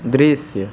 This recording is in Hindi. दृश्य